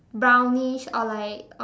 brownish or like